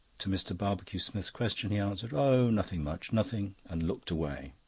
to mr. barbecue-smith's question he answered, oh, nothing much, nothing, and looked away.